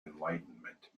enlightenment